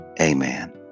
Amen